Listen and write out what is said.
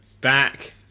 Back